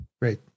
Great